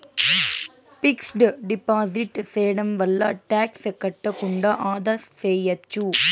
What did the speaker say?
fixed deposit సేయడం వల్ల tax కట్టకుండా ఆదా సేయచ్చు